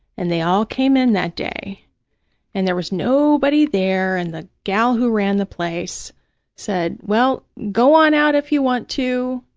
and they all came in that dayand and there was nobody there and the gal who ran the place said, well, go on out if you want to,